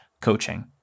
coaching